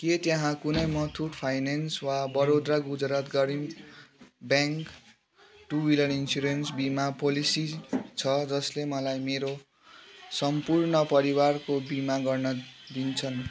के त्यहाँ कुनै मथुट फाइनेन्स वा बरोडा गुजरात गरी पनि ब्याङ्क टू व्हिलर इन्सुरेन्स बिमा पोलेसिस् छ जसले मलाई मेरो सम्पूर्ण परिवारको बिमा गर्न दिन्छन्